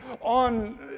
on